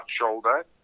shoulder